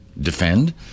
defend